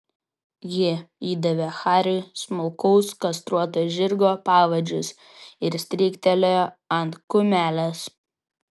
ji įdavė hariui smulkaus kastruoto žirgo pavadžius ir stryktelėjo ant kumelės